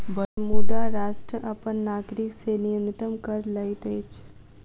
Bermuda राष्ट्र अपन नागरिक से न्यूनतम कर लैत अछि